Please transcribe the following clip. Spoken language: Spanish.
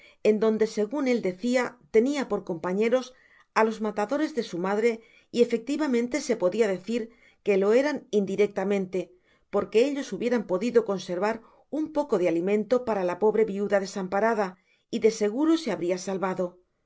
en donde segun él decia tenia por compañeros á los matadores de su madre y efectivamente se podia decir que lo eran indirectamente porque ellos hubieran podido conservar un poco de alimento para la pobre viuda desamparada y de segu ro se habria salvado mas